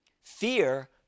Fear